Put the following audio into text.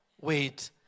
Wait